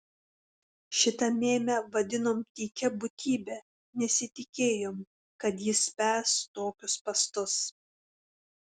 šitą mėmę vadinom tykia būtybe nesitikėjom kad jis spęs tokius spąstus